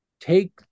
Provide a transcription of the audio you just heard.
take